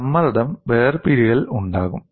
സമ്മർദ്ദം വേർപിരിയൽ ഉണ്ടാകും